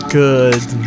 good